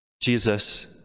Jesus